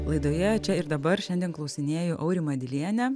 laidoje čia ir dabar šiandien klausinėju aurimą dilienę